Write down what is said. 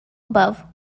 above